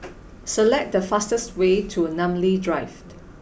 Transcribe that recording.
select the fastest way to Namly Drive